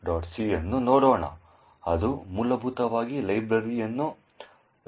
c ಅನ್ನು ನೋಡೋಣ ಅದು ಮೂಲಭೂತವಾಗಿ ಲೈಬ್ರರಿಯನ್ನು ರಚಿಸುತ್ತದೆ